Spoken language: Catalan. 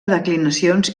declinacions